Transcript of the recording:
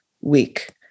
week